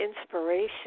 inspiration